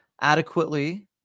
adequately